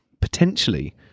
potentially